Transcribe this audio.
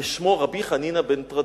ששמו רבי חנינא בן תרדיון.